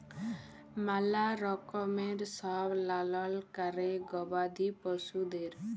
ম্যালা রকমের সব লালল ক্যরে গবাদি পশুদের